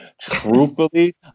truthfully